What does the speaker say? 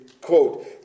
quote